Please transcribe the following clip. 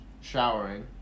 showering